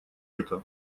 это